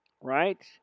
Right